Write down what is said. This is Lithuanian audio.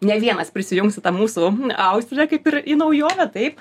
ne vienas prisijunks į tą mūsų austriją kaip ir į naujovę taip